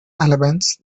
albans